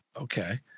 okay